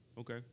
Okay